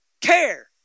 care